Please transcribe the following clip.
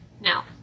Now